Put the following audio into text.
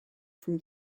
from